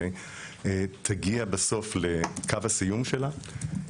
תגיע בסוף לקו הסיום שלה,